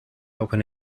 open